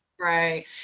Right